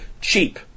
cheap